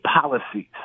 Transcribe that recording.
policies